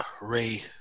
Ray